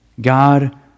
God